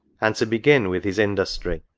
and to begin with his industry